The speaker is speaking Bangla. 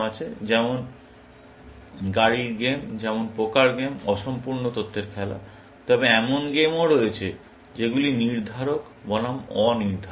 সুতরাং যেমন গাড়ী গেম যেমন পোকার গেম অসম্পূর্ণ তথ্যের খেলা তবে এমন গেমও রয়েছে যেগুলি নির্ধারক বনাম অনির্ধারক